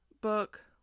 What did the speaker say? book